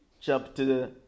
chapter